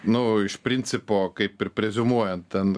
nu o iš principo kaip ir preziumuojant ten